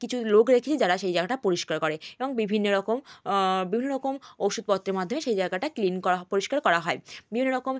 কিছু লোক রেখেছি যারা সেই জায়গাটা পরিষ্কার করে এবং বিভিন্ন রকম বিভিন্ন রকম ওষুদপত্রের মাধ্যমে সেই জায়গাটা ক্লিন করা পরিষ্কার করা হয় বিভিন্ন রকম